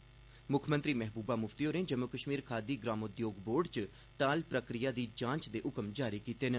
मुक्खमंत्री महबूबा मुफ्ती होरें जम्मू कश्मीर खादी ग्राम उद्योगबोर्ड च ताल प्रक्रिया दी जांच दे हुकम जारी कीते न